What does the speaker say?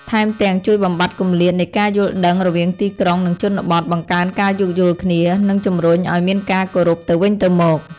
ថែមទាំង ជួយបំបាត់គម្លាតនៃការយល់ដឹងរវាងទីក្រុង និងជនបទ បង្កើនការយោគយល់គ្នា និងជំរុញឱ្យមានការគោរពទៅវិញទៅមក។